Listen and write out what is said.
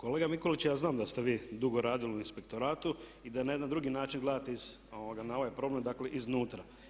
Pa kolega Mikulić, ja znam da ste vi dugo radili u inspektoratu i da na jedan drugi način gledate na ovaj problem, dakle iz unutra.